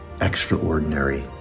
extraordinary